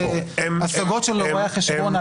והיו הסגות של רואי החשבון,